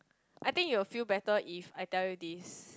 I think you will feel better if I tell you this